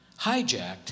hijacked